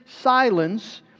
silence